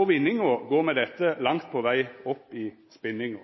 og vinninga går med dette langt på veg opp i spinninga.